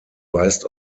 weist